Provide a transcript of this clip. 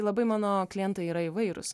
labai mano klientai yra įvairūs